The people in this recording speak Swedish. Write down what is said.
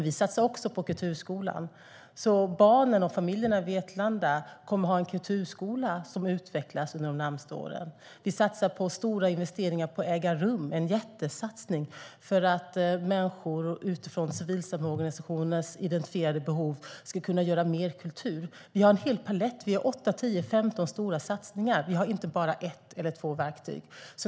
Vi satsar också på kulturskolan, så barnen och familjerna i Vetlanda kommer att ha en kulturskola som utvecklas under de närmaste åren. Vi satsar mycket på Äga rum, en jättesatsning för att människor utifrån civilsamhällesorganisationernas identifierade behov ska kunna göra mer kultur. Vi har en hel palett. Vi gör 8, 10, 15 stora satsningar. Vi har inte bara ett eller två verktyg.